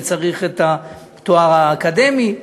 שצריך את התואר האקדמי?